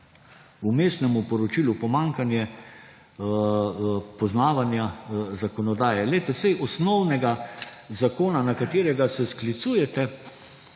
Vmesnemu poročilu pomanjkanje poznavanja zakonodaje. Saj osnovnega zakona, na katerega se sklicujete,